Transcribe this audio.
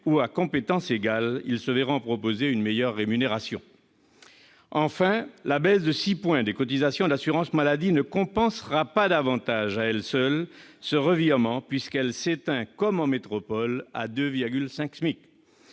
où, à compétence égale, ils se verront proposer une meilleure rémunération. Enfin, la baisse de six points des cotisations d'assurance maladie ne compensera pas, à elle seule, ce revirement, puisqu'elle s'éteint à 2,5 fois le SMIC,